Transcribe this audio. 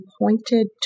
pointed